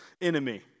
enemy